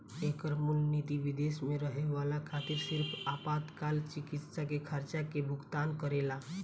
एकर मूल निति विदेश में रहे वाला खातिर सिर्फ आपातकाल चिकित्सा के खर्चा के भुगतान करेला